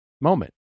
moment